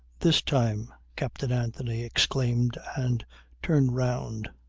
this time, captain anthony exclaimed and turned round.